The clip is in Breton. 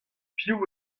piv